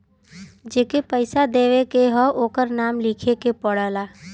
जेके पइसा देवे के हौ ओकर नाम लिखे के पड़ला